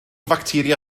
facteria